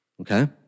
Okay